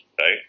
right